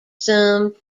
some